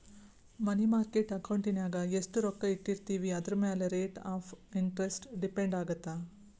ಮನಿ market ಅಕೌಂಟಿನ್ಯಾಗ ಎಷ್ಟ್ ರೊಕ್ಕ ಇಟ್ಟಿರ್ತೇವಿ ಅದರಮ್ಯಾಲೆ ರೇಟ್ ಆಫ್ ಇಂಟರೆಸ್ಟ್ ಡಿಪೆಂಡ್ ಆಗತ್ತ